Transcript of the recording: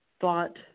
thought